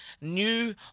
new